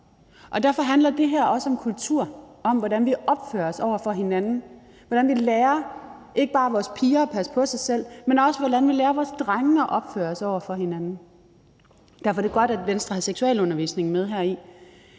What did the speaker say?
så? Derfor handler det her også om kultur og om, hvordan vi opfører os over for hinanden, og hvordan vi ikke bare lærer vores piger at passe på sig selv, men også om, hvordan vi lærer vores drenge at opføre sig over for andre. Derfor er det godt, at Venstre har seksualundervisning med heri.